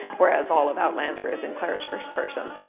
whereas all of outlander is in claire's first person.